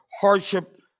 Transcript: hardship